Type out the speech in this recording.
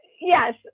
Yes